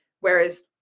Whereas